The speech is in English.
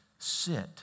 Sit